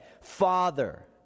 Father